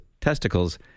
testicles